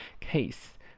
Case